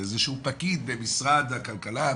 זה איזה שהוא פקיד במשרד הכלכלה,